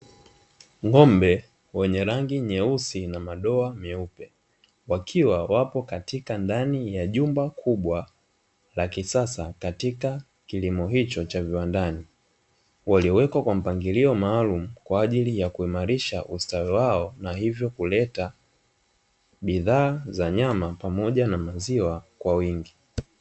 Ng`ombe wenye rangi nyeusi na madoa meupe, wakiwa wapo katika ndani ya jumba kubwa la kisasa katika kilimo hicho cha viwandani, waliowekwa kwa mpangilio maalumu kwa ajili ya kuimarisha ustawi wao na hivyo kuleta nyama pamoja na maziwa kwa wingi.